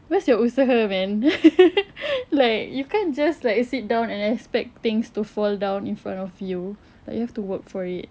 where's your usaha man like you can't just like sit down and expect things to fall down in front of you like you have to work for it